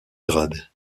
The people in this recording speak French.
grade